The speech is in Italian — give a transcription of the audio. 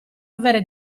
avere